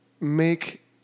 make